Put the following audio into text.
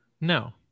No